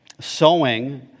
Sowing